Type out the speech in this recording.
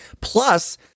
Plus